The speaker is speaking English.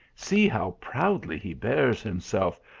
see how proudly he bears himself,